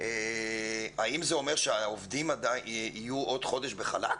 האם זה אומר שהעובדים יהיו עוד חודש בחל"ת?